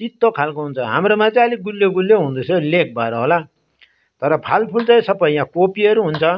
तितो खालको हुन्छ हाम्रोमा चाहिँ अलिक गुलियो गुलियो हुँदो रहेछ हौ लेक भएर होला तर फलफुल चाहिँ सबै यहाँ कोपीहरू हुन्छ